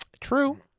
true